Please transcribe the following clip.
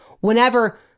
whenever